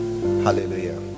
Hallelujah